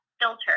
filter